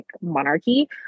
monarchy